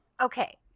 Okay